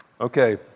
Okay